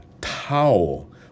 towel